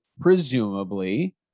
presumably